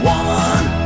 one